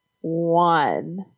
One